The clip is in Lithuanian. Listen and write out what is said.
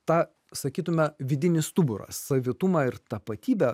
tą sakytumėme vidinį stuburą savitumą ir tapatybę